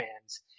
fans